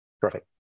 Perfect